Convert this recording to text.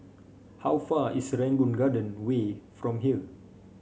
how far is Serangoon Garden Way from here